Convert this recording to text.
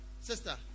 sister